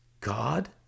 God